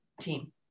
team